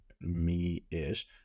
me-ish